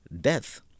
death